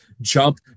jump